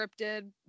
scripted